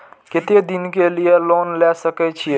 केते दिन के लिए लोन ले सके छिए?